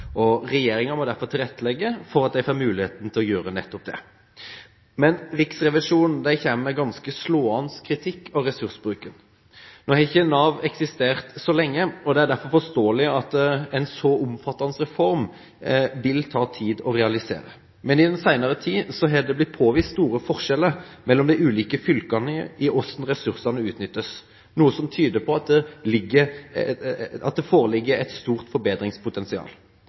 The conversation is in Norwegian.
må derfor tilrettelegge for at de får muligheten til å gjøre nettopp dette. Men Riksrevisjonen kommer med ganske slående kritikk av ressursbruken. Nå har ikke Nav eksistert så lenge, og det er derfor forståelig at en så omfattende reform vil ta tid å realisere. Men i den senere tid har det blitt påvist store forskjeller mellom de ulike fylkene i hvordan ressursene utnyttes, noe som tyder på at det foreligger et stort forbedringspotensial.